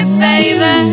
baby